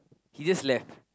he just left